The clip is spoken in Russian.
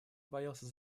боялся